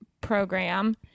Program